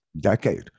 decade